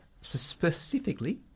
specifically